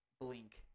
blink